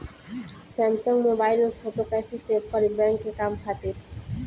Samsung mobile में photo कैसे save करीं बैंक के काम खातिर?